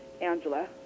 Angela